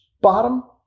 bottom